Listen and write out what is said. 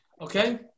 Okay